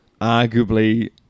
arguably